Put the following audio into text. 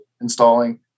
installing